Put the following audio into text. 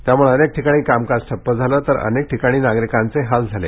त्यामुळं अनेक ठिकाणी कामकाज ठप्प झालं तर अनेक ठिकाणी नागरिकांचे हाल झाले